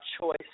choice